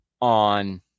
on